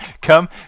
Come